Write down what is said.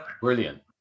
brilliant